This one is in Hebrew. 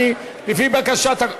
לפי בקשת,